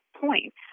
point